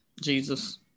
Jesus